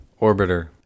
orbiter